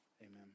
Amen